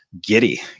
giddy